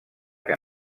que